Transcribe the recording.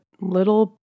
little